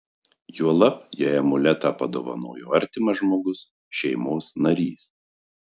juolab jei amuletą padovanojo artimas žmogus šeimos narys